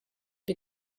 wie